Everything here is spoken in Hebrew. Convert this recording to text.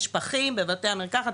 יש פחים בבתי המרקחת,